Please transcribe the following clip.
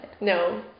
No